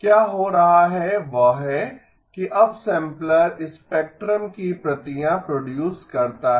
क्या हो रहा है वह है कि अपसैंपलर स्पेक्ट्रम की प्रतियां प्रोडूस करता है